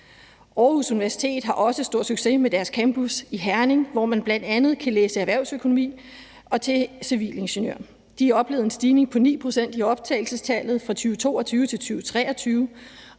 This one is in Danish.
Aarhus Universitet har også stor succes med deres campus i Herning, hvor man bl.a. kan læse erhvervsøkonomi og læse til civilingeniør. De har oplevet en stigning på 9 pct. i optagelsestallet for 2022-2023,